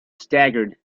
staggered